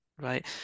right